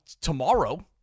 tomorrow